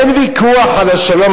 אין ויכוח על השלום,